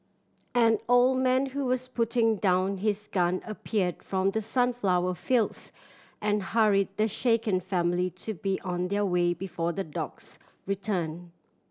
an old man who was putting down his gun appeared from the sunflower fields and hurry the shaken family to be on their way before the dogs return